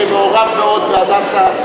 שמעורב מאוד ב"הדסה",